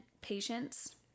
patients